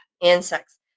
Insects